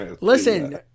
listen